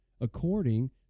according